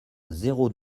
zéro